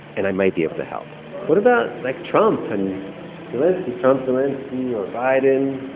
and i might be able to help what about, like, trump and zelenskiy? trump, zelenskiy or biden?